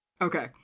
Okay